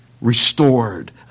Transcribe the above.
restored